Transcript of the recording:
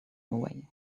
away